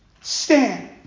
stand